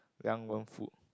Liang-Wen-Fu